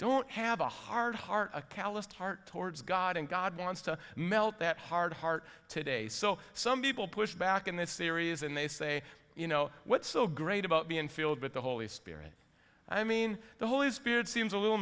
don't have a heart heart a calloused heart towards god and god wants to melt that hard heart today so some people push back in this series and they say you know what's so great about being filled with the holy spirit i mean the holy spirit seems a little